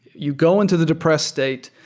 you go into the depressed state.